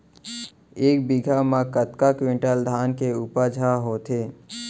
एक बीघा म कतका क्विंटल धान के उपज ह होथे?